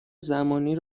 زمانی